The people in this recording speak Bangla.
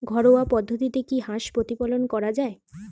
ঘরোয়া পদ্ধতিতে কি হাঁস প্রতিপালন করা যায়?